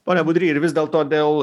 pone budry ir vis dėlto dėl